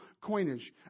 coinage